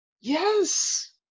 Yes